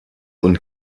und